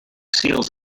seals